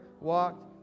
walked